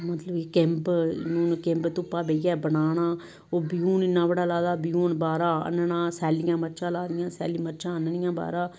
मतलब एह् किंब किंब धुप्पा बेहियै बनाना ओह् ब्यून इ'न्ना बड़ा लाए दा ब्यून हून बाह्रा आह्नना सैलियां मरचां लाई दियां सैलियां मरचां आह्ननियां बाह्रा